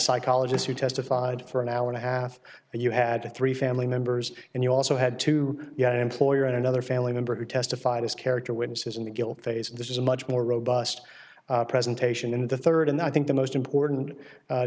psychologist who testified for an hour and a half but you had three family members and you also had two you had an employer and another family member who testified as character witnesses in the guilt phase and this is a much more robust presentation in the third and i think the most important